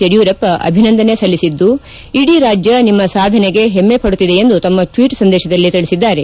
ಯಡಿಯೂರಪ್ಪ ಅಭಿನಂದನೆ ಸಲ್ಲಿಸಿದ್ದು ಇಡೀ ರಾಜ್ಯ ನಿಮ್ಮ ಸಾಧನೆಗೆ ಹೆಮ್ಮೆ ಪಡುತ್ತಿದೆ ಎಂದು ತಮ್ಮ ಟ್ವೀಟ್ ಸಂದೇಶದಲ್ಲಿ ತಿಳಿಸಿದ್ದಾರೆ